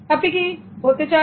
আপনি কি হতে চান